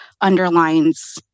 underlines